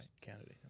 Candidate